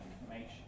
information